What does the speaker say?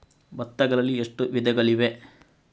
ಭತ್ತಗಳಲ್ಲಿ ಎಷ್ಟು ವಿಧಗಳಿವೆ?